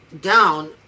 down